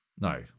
No